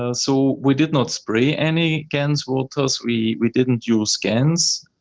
ah so we did not spray any gans waters. we we didn't use gans.